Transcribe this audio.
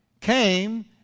came